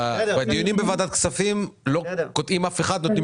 בדיונים בוועדת כספים לא קוטעים אף אחד אלא נותנים